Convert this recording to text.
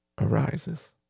arises